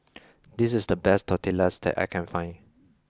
this is the best Tortillas that I can find